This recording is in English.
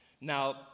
Now